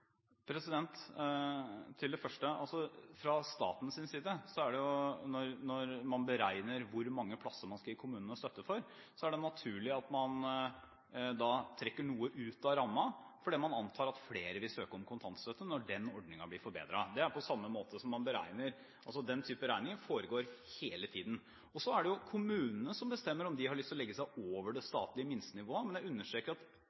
Til det første: Fra statens side er det, når man beregner hvor mange plasser man skal gi kommunene støtte til, naturlig at man trekker noe ut av rammen, fordi man antar at flere vil søke om kontantstøtte når denne ordningen blir forbedret. Den type beregning foregår hele tiden. Så er det kommunene som bestemmer om de har lyst til å legge seg over det statlige minstenivået, men jeg understreker at